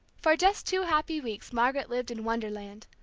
for just two happy weeks margaret lived in wonderland.